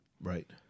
Right